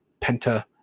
Penta